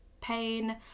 pain